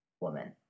woman